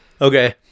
Okay